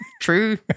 True